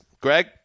Greg